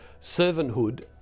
servanthood